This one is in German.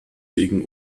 wegen